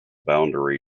boundary